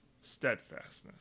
steadfastness